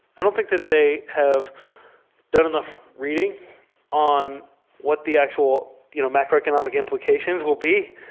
i don't think that they have done enough reading on what the actual you know macroeconomic implications will be.